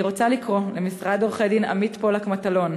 אני רוצה לקרוא למשרד עורכי-דין עמית-פולק-מטלון,